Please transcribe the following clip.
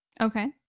Okay